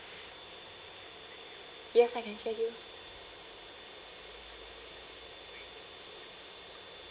yes I can hear you